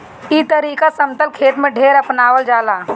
ई तरीका समतल खेत में ढेर अपनावल जाला